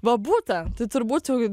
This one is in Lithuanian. va būtent tai turbūt jau